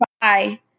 Bye